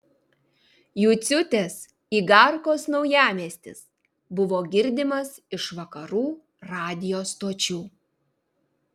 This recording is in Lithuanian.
juciūtės igarkos naujamiestis buvo girdimas iš vakarų radijo stočių